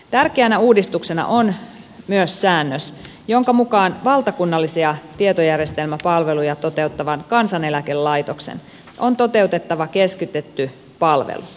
tärkeänä uudistuksena on myös säännös jonka mukaan valtakunnallisia tietojärjestelmäpalveluja toteuttavan kansaneläkelaitoksen on toteutettava keskitetty palvelu